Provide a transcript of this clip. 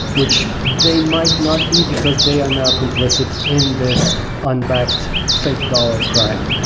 which they might not be because they are now complicit in this unbacked fake dollar crime.